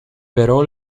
però